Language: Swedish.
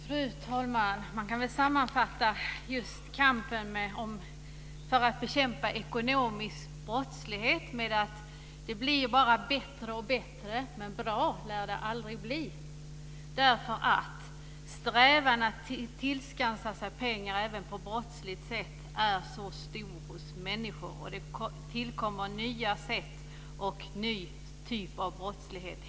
Fru talman! Man kan väl sammanfatta kampen för att bekämpa ekonomisk brottslighet med: Det blir bara bättre och bättre, men bra lär det aldrig bli. Strävan att tillskansa sig pengar även på brottsligt sätt är stor hos människor, och det tillkommer hela tiden nya sätt, nya typer av brottslighet.